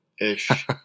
ish